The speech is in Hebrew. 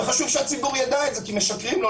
וחשוב שהציבור יידע את זה כי משקרים לו.